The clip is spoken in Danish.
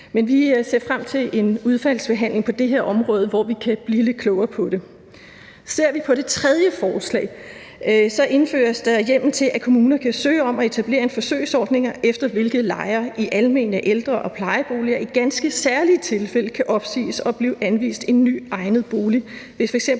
Men vi ser frem til en udvalgsbehandling på det her område, hvor vi kan blive lidt klogere på det. Ser vi på det tredje forslag, indføres der hjemmel til, at kommuner kan søge om at etablere en forsøgsordning, efter hvilken lejere i almene boliger og ældre- og plejeboliger i ganske særlige tilfælde kan opsiges og blive henvist en ny egnet bolig,